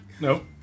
Nope